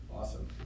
awesome